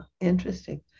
Interesting